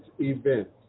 events